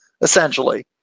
essentially